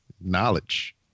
knowledge